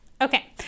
Okay